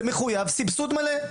זה מחויב סבסוד מלא.